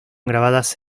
grabadas